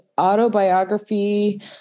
autobiography